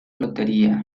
lotería